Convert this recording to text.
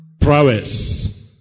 prowess